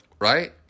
Right